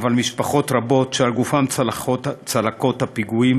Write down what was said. אבל משפחות רבות שעל גופן צלקות הפיגועים